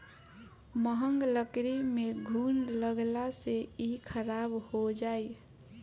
महँग लकड़ी में घुन लगला से इ खराब हो जाई